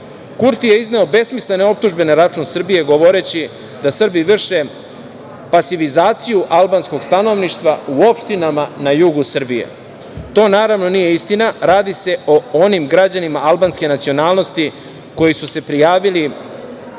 je izneo besmislene optužbe na račun Srbije, govoreći da Srbi vrše pasivizaciju albanskog stanovništva u opštinama na jugu Srbije. To, naravno, nije istina. Radi se o onim građanima albanske nacionalnosti koji su se prijavljivali